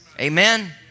Amen